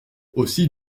aussi